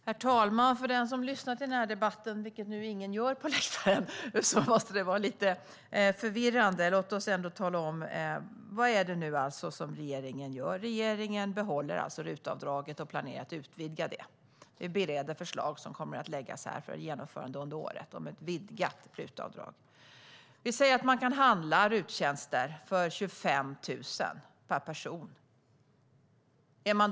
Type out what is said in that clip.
Herr talman! För den som lyssnar till den här debatten, vilket nu ingen gör på läktaren, måste det vara lite förvirrande. Låt oss ändå tala om vad det är som regeringen gör. Regeringen behåller RUT-avdraget och planerar att utvidga det. Vi bereder förslag som kommer att läggas fram för genomförande under året, om ett vidgat RUT-avdrag. Vi säger att man kan handla RUT-tjänster för 25 000 kronor per person.